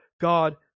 God